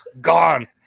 gone